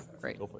great